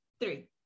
three